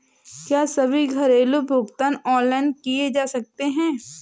क्या सभी घरेलू भुगतान ऑनलाइन किए जा सकते हैं?